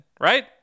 right